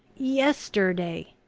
yesterday!